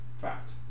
Fact